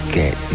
get